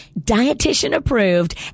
dietitian-approved